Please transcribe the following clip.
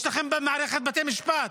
יש לכם מערכת בתי משפט.